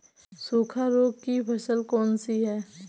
सूखा रोग की फसल कौन सी है?